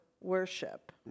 worship